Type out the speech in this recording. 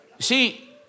See